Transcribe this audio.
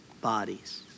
bodies